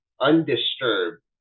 undisturbed